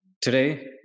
Today